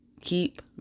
keep